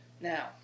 Now